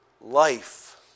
life